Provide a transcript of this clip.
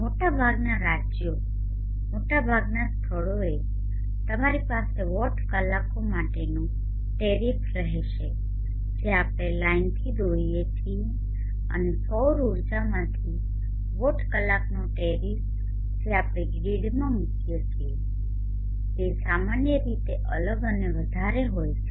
મોટાભાગનાં રાજ્યો મોટાભાગનાં સ્થળોએ તમારી પાસે વોટ કલાકો માટેનો ટેરિફ રહેશે જે આપણે લાઈનથી દોરીએ છીએ અને સૌર ઊર્જામાંથી વોટ કલાકનો ટેરિફ જે આપણે ગ્રીડમાં મૂકીએ છીએ તે સામાન્ય રીતે અલગ અને વધારે હોય છે